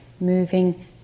moving